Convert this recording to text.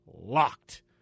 locked